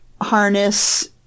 harness